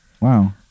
Wow